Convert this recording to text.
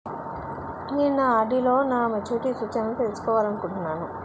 నేను నా ఆర్.డి లో నా మెచ్యూరిటీ సూచనలను తెలుసుకోవాలనుకుంటున్నాను